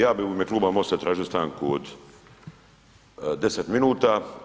Ja bih u ime Kluba Mosta tražio stanku od 10 minuta.